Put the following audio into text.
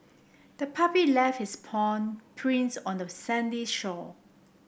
the puppy left its paw prints on the sandy shore